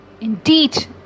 indeed